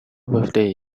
birthday